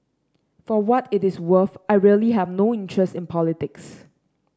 for what it is worth I really have no interest in politics